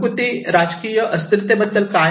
घरगुती राजकीय अस्थिरतेबद्दल काय